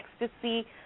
ecstasy